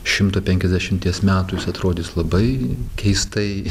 šimto penkiasdešimties metų jis atrodys labai keistai